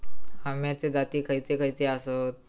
अम्याचे जाती खयचे खयचे आसत?